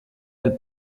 del